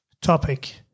topic